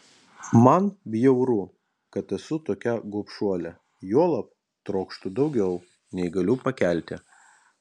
man bjauru kad esu tokia gobšuolė juolab trokštu daugiau nei galiu pakelti